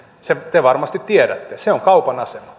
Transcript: te varmasti tiedätte se on kaupan